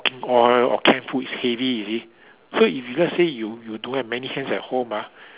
cooking oil or canned food it's heavy you see so if you let's say you you don't have many hands at home ah